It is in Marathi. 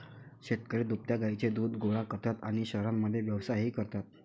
शेतकरी दुभत्या गायींचे दूध गोळा करतात आणि शहरांमध्ये व्यवसायही करतात